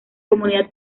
comunidad